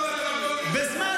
איפה יש עתיד?